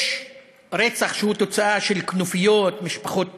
יש רצח שהוא תוצאה של כנופיות, משפחות פשע,